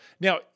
Now